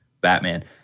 Batman